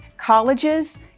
Colleges